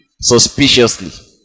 Suspiciously